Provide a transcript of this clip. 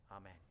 Amen